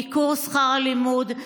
עיכוב שכר הלימוד.